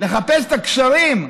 לחפש את הגשרים,